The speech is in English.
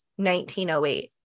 1908